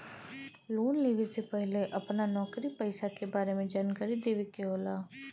Loan लेवे से पहिले अपना नौकरी पेसा के बारे मे जानकारी देवे के होला?